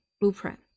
blueprint